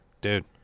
dude